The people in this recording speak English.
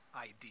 idea